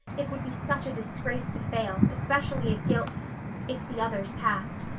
it would be such a disgrace to fail, especially if gil if the others passed.